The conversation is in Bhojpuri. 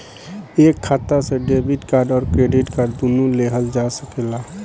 एक खाता से डेबिट कार्ड और क्रेडिट कार्ड दुनु लेहल जा सकेला?